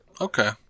Okay